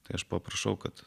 tai aš paprašau kad